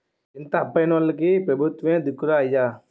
ఇంత అప్పయి పోనోల్లకి పెబుత్వమే దిక్కురా అయ్యా